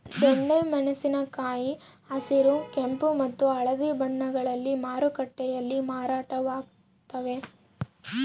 ದೊಣ್ಣೆ ಮೆಣಸಿನ ಕಾಯಿ ಹಸಿರು ಕೆಂಪು ಮತ್ತು ಹಳದಿ ಬಣ್ಣಗಳಲ್ಲಿ ಮಾರುಕಟ್ಟೆಯಲ್ಲಿ ಮಾರಾಟವಾಗುತ್ತವೆ